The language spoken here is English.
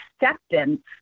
acceptance